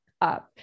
up